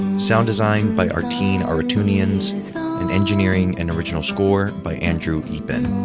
sound design by artin aroutounians and engineering and original score by andrew eapen,